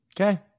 Okay